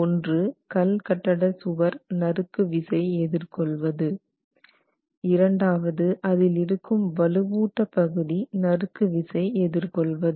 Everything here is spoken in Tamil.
ஒன்று கல் கட்டட சுவர் நறுக்கு விசை எதிர் கொள்வது இரண்டாவது அதிலிருக்கும் வலுவூட்ட பகுதி நறுக்கு விசை எதிர் கொள்வது